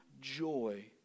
joy